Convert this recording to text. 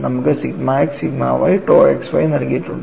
നമുക്ക് sigma x sigma y tau xy നൽകിയിട്ടുണ്ട്